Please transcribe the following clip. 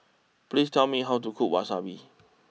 please tell me how to cook Wasabi